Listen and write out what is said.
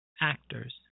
actors